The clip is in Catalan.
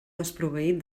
desproveït